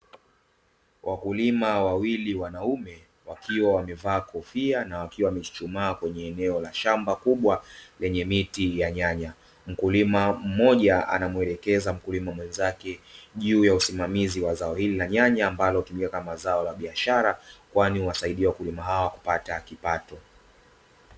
Wakulima wawili wanaume wakiwa wamevaa kofia na wakiwa wamechuchumaa kwenye eneo la shamba kubwa lenye miti ya nyanya, mkulima mmoja anamuelekeza mkulima mwenzake, juu ya usimamizi wa zao hili la nyanya ambalo hutumika kama zao la biashara kwani uwasaidia wakulima hawa kupata kipato.